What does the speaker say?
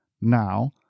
now